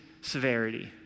severity